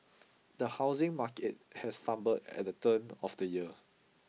the housing market has stumbled at the turn of the year